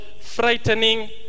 frightening